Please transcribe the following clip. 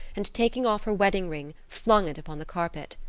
and taking off her wedding ring, flung it upon the carpet.